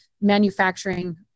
manufacturing